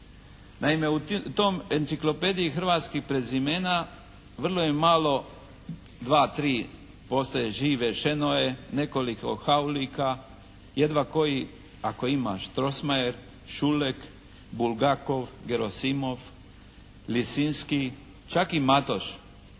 Naime u toj enciklopediji hrvatskih prezimena vrlo je malo dva-tri postoje žive Šenoe, nekoliko Haulika, jedva koji ako ima Strossmayer, Šulek, Bulgako, Jerosimov, Lisinski, čak i Matoš.